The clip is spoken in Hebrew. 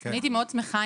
אני הייתי מאוד שמחה,